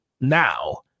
now